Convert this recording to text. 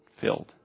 filled